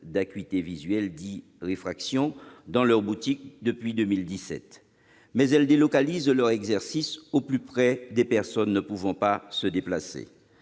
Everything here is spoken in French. d'acuité visuelle dits de « réfraction » dans leurs boutiques depuis 2017 ; mais elle délocalise leur exercice au plus près des personnes ne pouvant pas se déplacer.